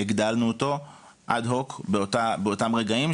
הגדלנו אותו אד-הוק באותם רגעים,